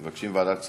מבקשים ועדת כספים?